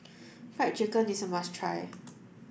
fried chicken is a must try